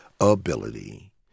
ability